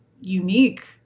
unique